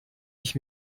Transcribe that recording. ich